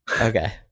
okay